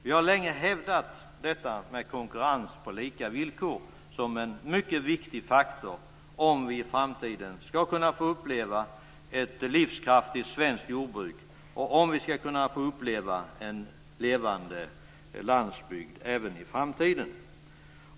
Vi har länge hävdat konkurrens på lika villkor som en mycket viktig faktor för att i framtiden kunna behålla ett livskraftigt svenskt jordbruk och en levande landsbygd.